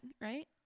right